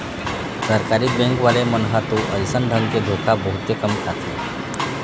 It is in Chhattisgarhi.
सरकारी बेंक वाले मन ह तो अइसन ढंग के धोखा बहुते कम खाथे